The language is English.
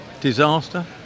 Disaster